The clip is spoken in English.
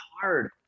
hard